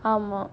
ah mah